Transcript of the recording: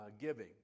giving